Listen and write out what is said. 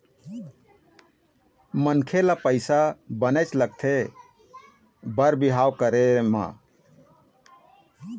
मनखे ल पइसा बनेच लगथे बर बिहाव के करे म